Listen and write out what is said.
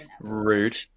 Rude